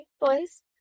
boys